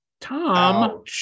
Tom